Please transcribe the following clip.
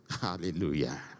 Hallelujah